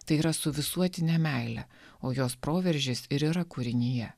tai yra su visuotine meile o jos proveržis ir yra kūrinyje